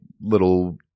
little